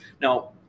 now